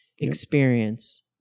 experience